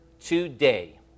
today